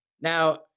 Now